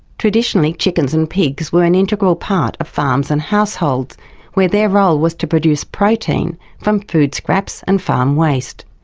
traditionally chickens and pigs were an integral part of farms and households where their role was to produce protein from food scraps and farm waste.